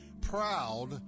proud